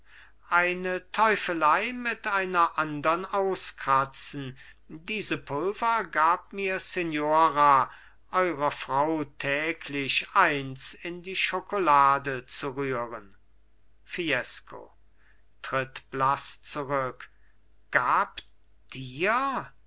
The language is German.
eine teufelei mit einer andern auskratzen diese pulver gab mir signora eurer frau täglich eins in die schokolade zu rühren fiesco tritt blaß zurück gab dir